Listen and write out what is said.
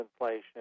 inflation